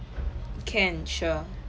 can sure